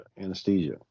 anesthesia